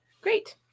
Great